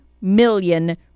million